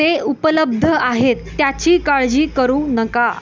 ते उपलब्ध आहेत त्याची काळजी करू नका